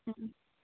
ꯎꯝ